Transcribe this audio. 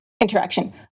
interaction